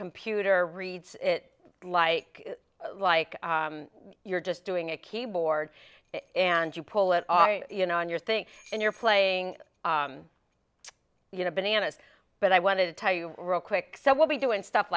computer reads it like like you're just doing a keyboard and you pull it off you know on your thing and you're playing you know bananas but i wanted to tell you real quick so what we do and stuff